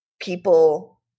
people